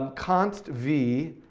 const v.